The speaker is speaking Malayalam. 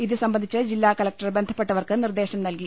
ഇതു സംബന്ധിച്ച് ജില്ലാ കളക്ടർ ബന്ധപ്പെട്ടവർക്ക് നിർദ്ദേശം നൽകി